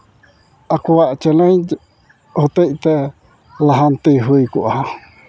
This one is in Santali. ᱟᱠᱚᱣᱟᱜ ᱪᱮᱞᱮᱡᱽ ᱦᱚᱛᱮᱡ ᱛᱮ ᱞᱟᱦᱟᱛᱤ ᱦᱩᱭ ᱠᱚᱜᱼᱟ